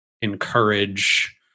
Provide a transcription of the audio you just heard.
encourage